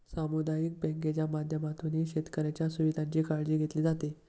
सामुदायिक बँकांच्या माध्यमातूनही शेतकऱ्यांच्या सुविधांची काळजी घेतली जाते